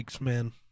man